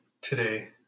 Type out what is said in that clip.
Today